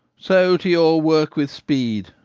so to your work with speed,